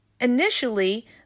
initially